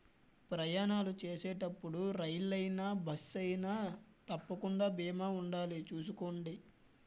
ప్రయాణాలు చేసేటప్పుడు రైలయినా, బస్సయినా తప్పకుండా బీమా ఉండాలి చూసుకోండి